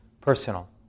personal